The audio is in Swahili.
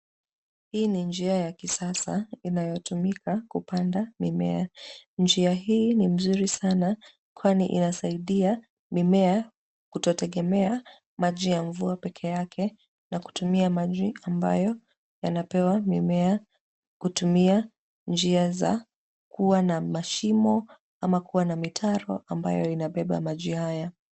Hii ni njia ya kisasa inayotumika kupanda mimea. Njia hii ni mzuri sana, kwani inasaidia mimea kutotegemea maji ya mvua peke yake na kutumia maji ambayo yanapewa mimea kutumia njia za kuwa na mashimo ama kuwa na mitaro ambayo inabeba maji hayo.